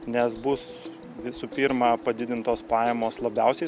nes bus visų pirma padidintos pajamos labiausiai